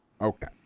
Okay